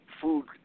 food